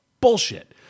bullshit